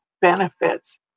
benefits